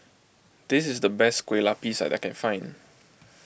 this is the best Kue Lupis that I can find